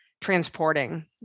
transporting